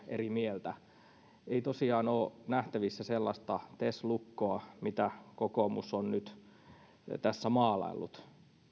eri mieltä ei tosiaan ole nähtävissä sellaista tes lukkoa mitä kokoomus on nyt tässä maalaillut